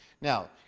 Now